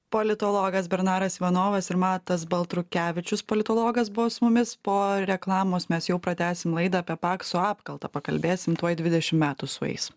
politologas bernaras ivanovas ir matas baltrukevičius politologas buvo su mumis po reklamos mes jau pratęsim laidą apie pakso apkaltą pakalbėsim tuoj dvidešim metų sueis